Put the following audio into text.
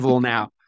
now